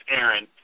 Aaron